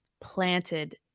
planted